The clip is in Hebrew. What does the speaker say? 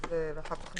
תמי, בבקשה.